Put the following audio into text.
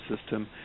system